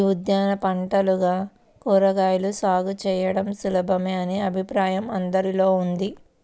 యీ ఉద్యాన పంటలుగా కూరగాయల సాగు చేయడం సులభమనే అభిప్రాయం అందరిలో ఉంది